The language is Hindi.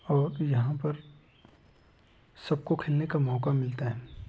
और यहाँ पर सबको खेलने का मौका मिलता है